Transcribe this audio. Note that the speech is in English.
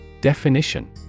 Definition